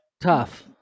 tough